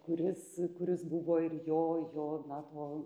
kuris kuris buvo ir jo jo na to